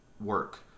work